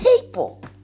people